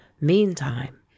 Meantime